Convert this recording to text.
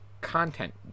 content